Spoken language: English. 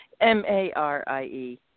m-a-r-i-e